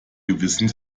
gewissen